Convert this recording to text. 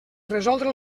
resoldre